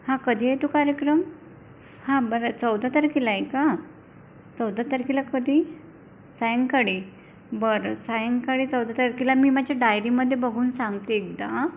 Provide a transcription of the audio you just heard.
हां कधी आहे तो कार्यक्रम हां बरं चौदा तारखेला आहे का चौदा तारखेला कधी सायंकाळी बरं सायंकाळी चौदा तारखेला मी माझी डायरीमध्ये बघून सांगते एकदा हां